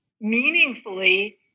meaningfully